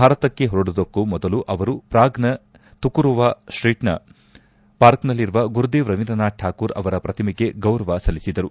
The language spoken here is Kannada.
ಭಾರತಕ್ಕೆ ಹೊರಡುವುದಕ್ಕೂ ಮೊದಲು ಅವರು ಪ್ರಾಗ್ನ ಥಕುರೋವ ಸ್ಪೀಟ್ನ ಪಾರ್ಕ್ನಲ್ಲಿರುವ ಗುರುದೇವ್ ರವೀಂದ್ರ ನಾಥ್ ಠಾಕೂರ್ ಅವರ ಪ್ರತಿಮೆಗೆ ಗೌರವ ಸಲ್ಲಿಸಿದರು